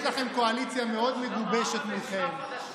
יש לכם קואליציה מאוד מגובשת מולכם.